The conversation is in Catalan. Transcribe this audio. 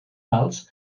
pals